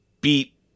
beat